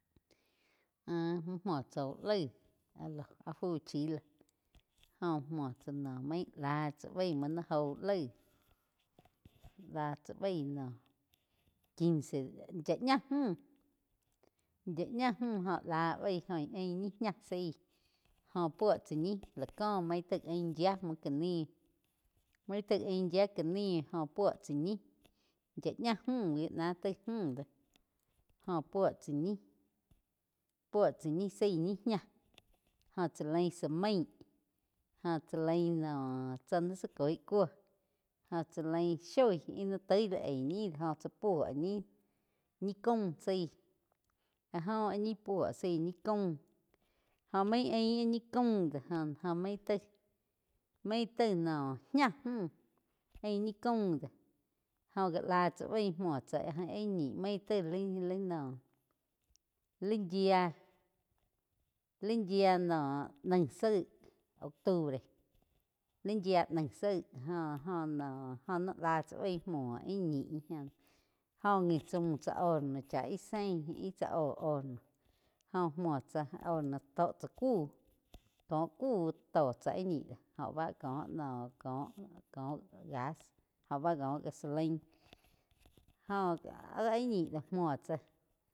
Áh múo tsá uh laig áh fu chi ló jóh múo tsá noh main láh tsá baí múo ni óh úh laig láh tsá baí noh quince yá ñá múh, yá ñá múh óh láh baí óh gíe ain ñi ñah zaí joh puo tsá ñi la có main taí ain yía múo ká ni main taí ain yía ká ni óh puo tsá ñih yía ñá múh gi ná taí múh do jóh puo tsá ñih. Puo tsá ñi zaí ñi ña jóh chá lain zá main joh chá lain noh tsá ni zá coi cuó óh chá lain shoi íh ni toi li aig ñi óh tsá puo ñih, ñih caum zaí áh joh áh ñi puo zaí ñi caum óh main ain áh ñi caum do joh main taig, main taig noh ñáh múh ain ñi caum de joh la chá baig muo áh ñih main taig li noh, li yía, li yia naig zaíg puo zaí ñi caum jo main aín áh ñu caum do joh, jo maig taig noh ñah múh ain ñi caum do jóh já lá tsá baí múo tsáa áh ñih main tai li-li noh li yía, li yía noh naig zaíg octubre, lí yía naig zaíg óh joh no óh ní lá tzá baí múo íh ñih joh ngi tsá múh tsá horno cha íh sein íh tsáh óh horno jóh muo tsá horno tóh tzá kuh, koh ku tó tzá íh ñi do jo bá co-co gas óh bá gho gasolain oh áh ih ñi do muo tsá.